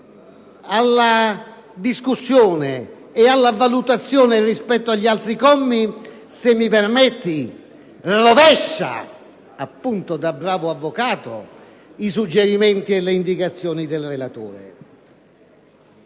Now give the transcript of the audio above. alla discussione generale e alla valutazione rispetto agli altri commi, se mi permette, rovescia (appunto, da bravo avvocato) i suggerimenti e le indicazioni del relatore.